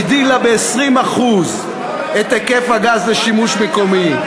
הגדילה ב-20% את היקף הגז לשימוש מקומי,